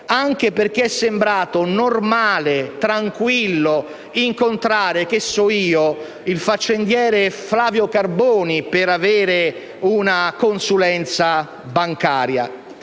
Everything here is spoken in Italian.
anche perché è sembrato normale, tranquillo, incontrare - che so io - il faccendiere Flavio Carboni per avere una consulenza bancaria.